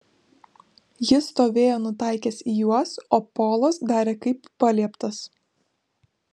jis stovėjo nutaikęs į juos o polas darė kaip palieptas